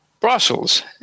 Brussels